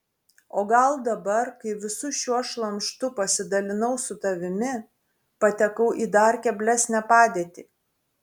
o gal dabar kai visu šiuo šlamštu pasidalinau su tavimi patekau į dar keblesnę padėtį